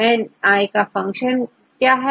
n क्या है